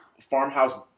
farmhouse